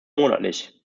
monatlich